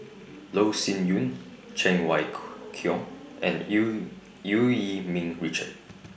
Loh Sin Yun Cheng Wai Keung and EU EU Yee Ming Richard